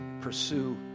pursue